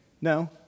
No